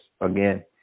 Again